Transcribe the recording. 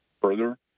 Further